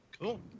Cool